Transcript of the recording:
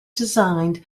designed